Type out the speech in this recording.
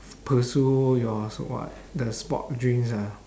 pursue your so call the sport dreams ah